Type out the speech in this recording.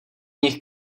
nich